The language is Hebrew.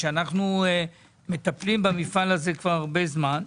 שאנחנו מטפלים במפעל הזה כבר הרבה זמן.